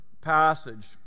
passage